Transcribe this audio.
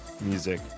music